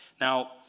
Now